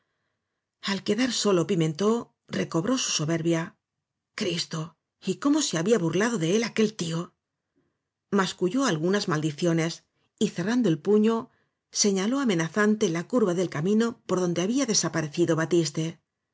al quedar solo pimentó recobró su sober bia cristo y cómo se había burlado de él aquel tío masculló algunas maldiciones y cerrando el puño señaló amenazante la curva blasco ibáñez clel camino por donde había desaparecido batiste